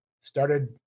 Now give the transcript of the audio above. started